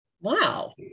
Wow